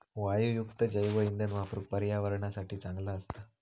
वायूयुक्त जैवइंधन वापरुक पर्यावरणासाठी चांगला असता